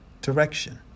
direction